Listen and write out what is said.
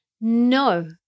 No